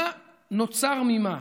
מה נוצר ממה?